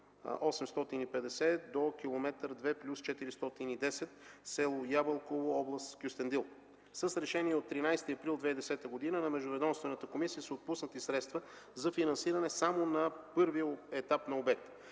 0,850 до км 2 + 410, село Ябълково, област Кюстендил”. С решение от 13 април 2010 г. на междуведомствената комисия са отпуснати средства за финансиране само на първия етап на проекта.